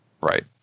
Right